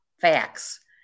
facts